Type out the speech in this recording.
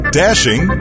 dashing